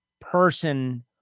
person